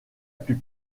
plus